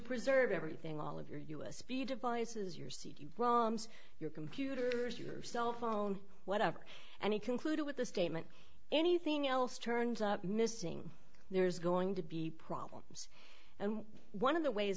preserve everything all of your u s b devices your cd braun's your computers your cellphone whatever and he concluded with the statement anything else turns up missing there is going to be problems and one of the ways